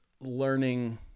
learning